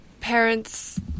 parents